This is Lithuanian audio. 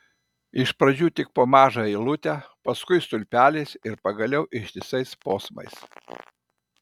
iš pradžių tik po mažą eilutę paskiau stulpeliais ir pagaliau ištisais posmais